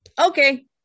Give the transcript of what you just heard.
Okay